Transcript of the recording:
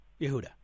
Yehuda